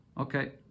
Okay